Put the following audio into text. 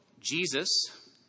Jesus